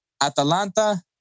Atalanta